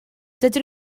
dydyn